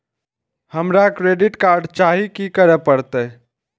हमरा credit card चाही की करे परतै?